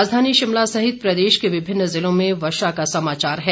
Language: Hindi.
राजधानी शिमला सहित प्रदेश के विभिन्न जिलों में वर्षा का समाचार है